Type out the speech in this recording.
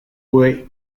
were